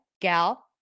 gal